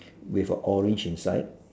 with a orange inside